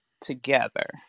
together